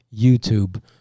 YouTube